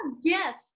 Yes